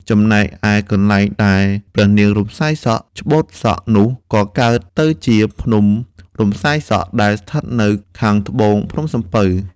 ចំណែកឯកន្លែងដែលព្រះនាងរំសាយសក់ច្បូតសក់នោះ ក៏កើតទៅជា ភ្នំរំសាយសក់ ដែលស្ថិតនៅខាងត្បូងភ្នំសំពៅ។